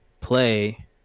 play